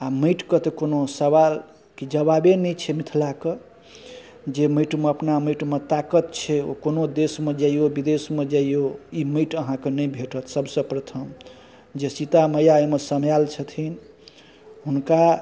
आओर माँटिके तऽ कोनो सवाल जवाबे नहि छै मिथिलाके जे माँटिमे अपना माँटिमे ताकत छै ओ कोनो देशमे जैयौ विदेशमे जइऔ ई माँटि अहाँके नहि भेटत सबसँ प्रथम जे सीता मैया अइमे समायल छथिन हुनका